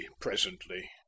presently